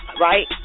right